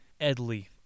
Edley